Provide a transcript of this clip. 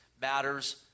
matters